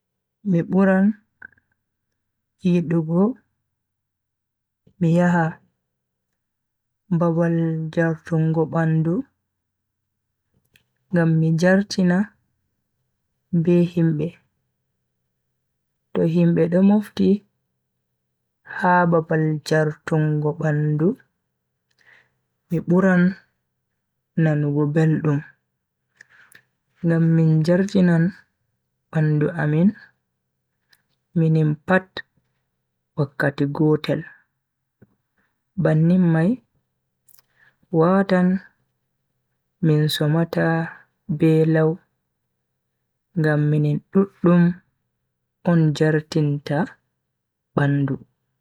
Mi buran yidugo mi yaha babal jartungo bandu ngam mi jartina be himbe. to himbe do mofti ha babal jartungo bandu mi buran nanugo beldum ngam min jartinan bandu amin minin pat wakkati gotel bannin mai watan min somata be lau ngam minin duddum on jartinta bandu mai.